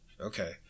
okay